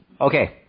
Okay